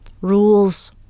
Rules